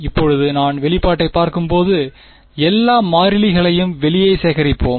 இப்போது நான் இந்த வெளிப்பாட்டைப் பார்க்கும்போது எல்லா மாறிலிகளையும் வெளியே சேகரிப்போம்